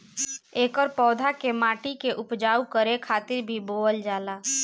एकर पौधा के माटी के उपजाऊ करे खातिर भी बोअल जाला